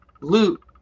loot